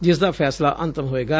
ਜਿਸ ਦਾ ਫੈਸਲਾ ਅੰਤਮ ਹੋਵੇਗਾ